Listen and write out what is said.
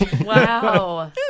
Wow